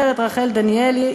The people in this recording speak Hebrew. אומרת רחל דניאלי,